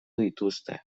dituzte